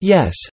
Yes